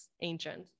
ancient